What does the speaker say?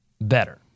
better